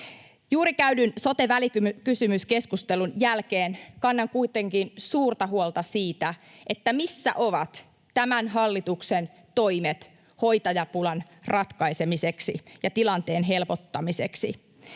Juuri käydyn sote-välikysymyskeskustelun jälkeen kannan kuitenkin suurta huolta siitä, missä ovat tämän hallituksen toimet hoitajapulan ratkaisemiseksi ja tilanteen helpottamiseksi.